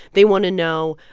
they want to know,